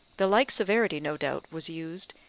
the like severity, no doubt, was used,